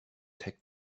take